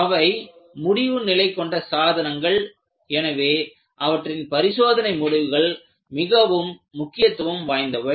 அவை முடிவு நிலை கொண்ட சாதனங்கள் எனவே அவற்றின் பரிசோதனை முடிவுகள் மிகவும் முக்கியத்துவம் வாய்ந்தவை